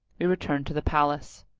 we returned to the palace.